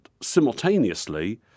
simultaneously